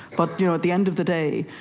but you know at the end of the day,